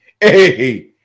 hey